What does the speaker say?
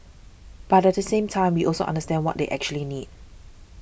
but at the same time we also understand what they actually need